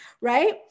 right